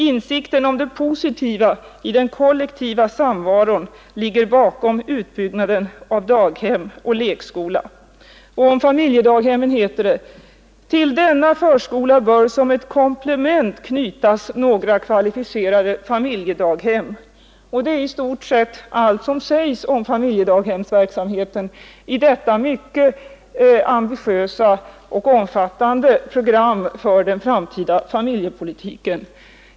Insikten om det positiva i den kollektiva samvaron ligger bakom utbyggnaden av daghem och lekskola.” Om familjedaghemmen heter det: ”Till denna förskola bör som ett komplement ——— knytas några kvalificerade familjedaghem.” Det är i stort sett allt som sägs om familjedaghemsverksamheten i detta mycket ambitiösa och omfattande program för den framtida familjepolitiken.